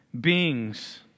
beings